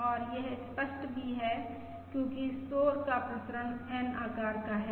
और यह स्पष्ट भी है क्योंकि शोर का प्रसरण N आकार का है